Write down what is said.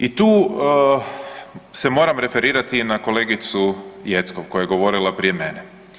I tu se moram referirati na kolegicu Jeckov koja je govorila prije mene.